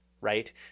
right